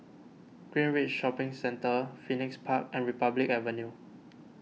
Greenridge Shopping Centre Phoenix Park and Republic Avenue